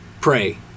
pray